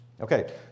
Okay